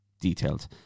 detailed